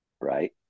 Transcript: right